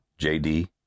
JD